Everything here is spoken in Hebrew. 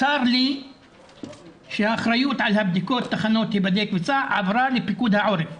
צר לי שהאחריות על תחנות היבדק וסע עברה לפיקוד העורף.